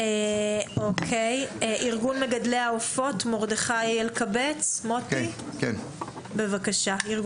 ארגון מגדלי העופות, מרדכי אלקבץ, בבקשה.